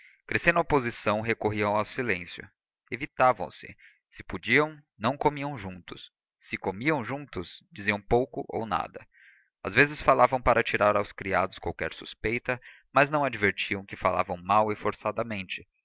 crescendo a oposição recorriam ao silêncio evitavam se se podiam não comiam juntos se comiam juntos diziam pouco ou nada às vezes falavam para tirar aos criados qualquer suspeita mas não advertiam que falavam mal e forçadamente